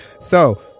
So-